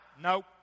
Nope